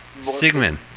Sigmund